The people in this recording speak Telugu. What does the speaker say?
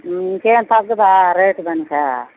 ఇంకేం తగ్గదా రేట్ కనుక